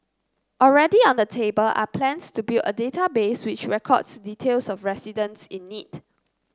already on the table are plans to build a database which records details of residents in need